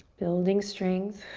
building strength.